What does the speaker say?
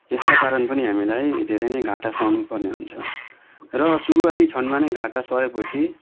यसका कारण पनि हामीलाई धेरै नै घाटा सहनु पर्ने हुन्छ र सुरुवाती क्षणमा नै घाटा सहेपछि